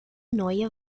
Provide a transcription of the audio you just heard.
neue